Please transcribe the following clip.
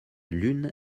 l’une